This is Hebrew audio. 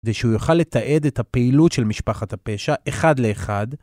‫ושהוא יוכל לתעד את הפעילות ‫של משפחת הפשע, אחד לאחד.